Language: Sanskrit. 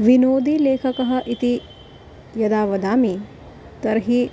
विनोदीलेखकः इति यदा वदामि तर्हि